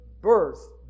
birth